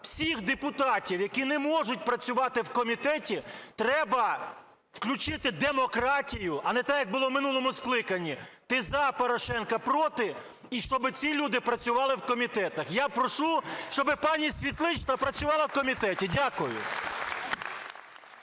всіх депутатів, які не можуть працювати в комітеті, треба включити демократію, а не так, як було в минулому скликанні, ти за Порошенка, проти, і щоб ці люди працювали в комітетах. Я прошу, щоб пані Світлична працювала в комітеті. Дякую.